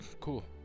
cool